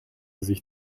sich